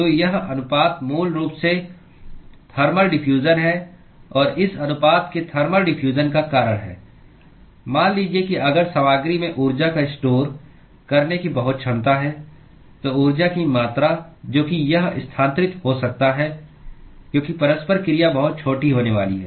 तो यह अनुपात मूल रूप से थर्मल डिफ्यूजन है और इस अनुपात के थर्मल डिफ्यूजन का कारण है मान लीजिए कि अगर सामग्री में ऊर्जा को स्टोर करने की बहुत क्षमता है तो ऊर्जा की मात्रा जो कि यह स्थानांतरित हो सकता है क्योंकि परस्पर क्रिया बहुत छोटी होने वाली है